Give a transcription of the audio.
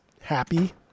happy